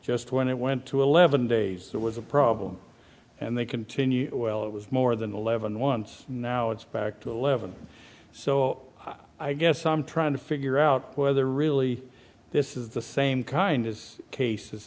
just when it went to eleven days it was a problem and they continued it was more than eleven once now it's back to eleven so i guess i'm trying to figure out whether really this is the same kind as